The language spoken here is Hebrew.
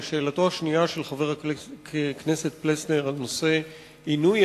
לשאלתו השנייה של חבר הכנסת פלסנר על נושא עינוי